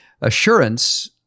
assurance